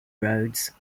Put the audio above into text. roads